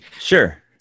sure